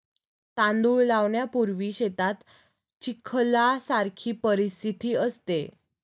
तांदूळ लावणीपूर्वी शेतात चिखलासारखी परिस्थिती असते